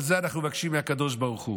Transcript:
על זה אנחנו מבקשים מהקדוש ברוך הוא.